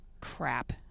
crap